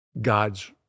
God's